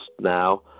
now